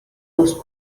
los